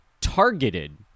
targeted